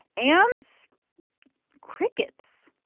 and crickets.